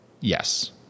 Yes